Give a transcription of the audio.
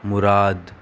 मुद